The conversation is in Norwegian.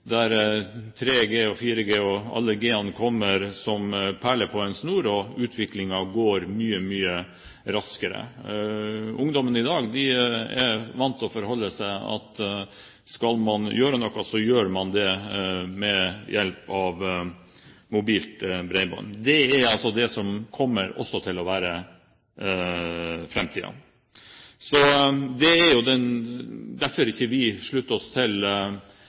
der 3G, 4G og alle G-ene kommer som perler på en snor, og utviklingen går mye, mye raskere. Ungdommen i dag er vant til å forholde seg til at skal man gjøre noe, så gjør man det ved hjelp av mobilt bredbånd. Det er også det som kommer til å være framtiden. Det er derfor vi ikke slutter oss til